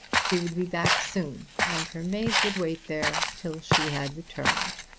she would be back soon, and her maid would wait there till she had returned.